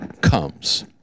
comes